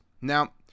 Now